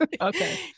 Okay